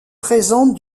présente